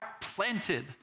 planted